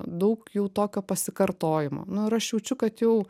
daug jau tokio pasikartojimo nu ir aš jaučiu kad jau